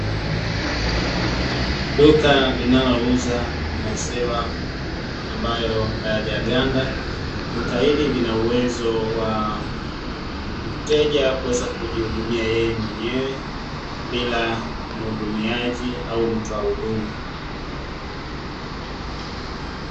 Duka linalouza maziwa ambayo hayajaganda, duka hili lina uwezo wa mteja kuweza kujihudumia yeye mwenyewe, bila mhudumiaji au mtoa huduma.